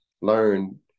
learn